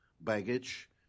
baggage